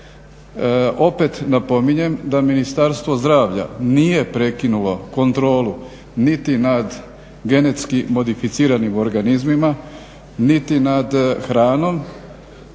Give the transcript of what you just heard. Opet napominjem da Ministarstvo zdravlja nije prekinulo kontrolu niti nad genetski modificiranim organizmima niti nad hranom